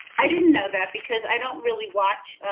i didn't know that because i don't really watch.